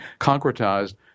concretized